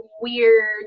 weird